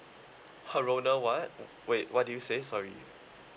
her roller what wait what do you say sorry